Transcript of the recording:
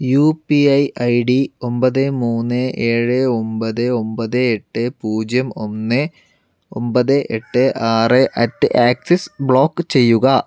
UPI ID ഒൻപത് മൂന്ന് ഏഴ് ഒമ്പത് ഒമ്പത് എട്ട് പൂജ്യം ഒന്ന് ഒമ്പത് എട്ട് ആറ് അറ്റ് ആക്സിസ് ബ്ലോക്ക് ചെയ്യുക